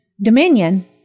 dominion